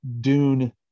dune